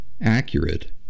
accurate